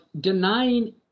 denying